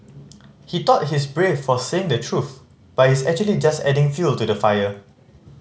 he thought he's brave for saying the truth but he's actually just adding fuel to the fire